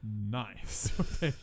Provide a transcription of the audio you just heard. Nice